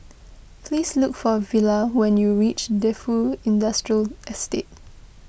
please look for Villa when you reach Defu Industrial Estate